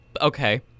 Okay